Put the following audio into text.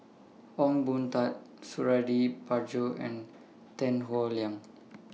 Ong Boon Tat Suradi Parjo and Tan Howe Liang